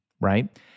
right